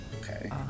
Okay